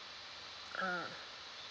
ah